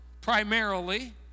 primarily